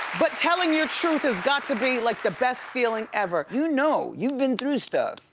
but telling your truth has got to be like the best feeling ever. you know. you've been through stuff.